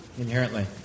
inherently